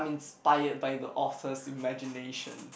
inspired by the author's imagination